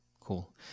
cool